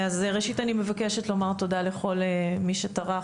ראשית אני מבקשת לומר תודה לכל מי שטרח,